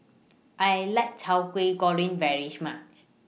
I like Teow Kway Goreng very She much